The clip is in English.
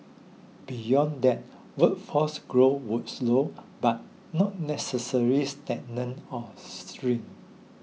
beyond that workforce growth would slow but not necessary or shrink